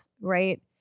Right